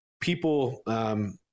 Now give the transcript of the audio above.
people